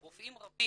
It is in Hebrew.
רופאים רבים,